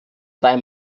drei